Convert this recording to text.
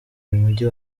mujyi